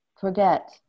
Forget